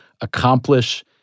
accomplish